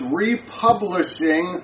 republishing